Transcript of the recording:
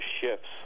shifts